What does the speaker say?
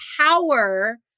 power